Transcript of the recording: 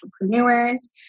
entrepreneurs